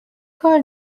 کار